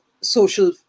social